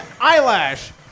eyelash